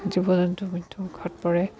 জীৱ জন্তু মৃত্যুমুখত পৰে